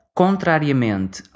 contrariamente